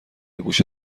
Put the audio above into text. گوشه